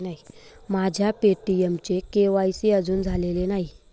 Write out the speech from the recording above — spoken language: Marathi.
माझ्या पे.टी.एमचे के.वाय.सी अजून झालेले नाही